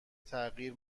تغییر